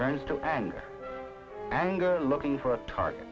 turns to anger anger looking for a target